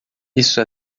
isso